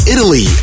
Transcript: Italy